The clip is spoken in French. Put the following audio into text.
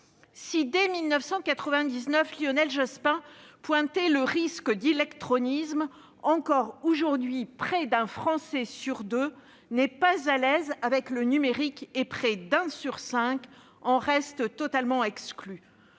Si dès 1999 Lionel Jospin pointait le risque d'illectronisme, encore aujourd'hui, près d'un Français sur deux n'est pas à l'aise avec le numérique, et près d'un sur cinq en reste totalement exclu.